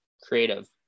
creative